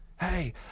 hey